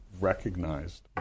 recognized